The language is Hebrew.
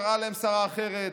קראה להם שרה אחרת.